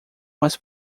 mas